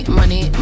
money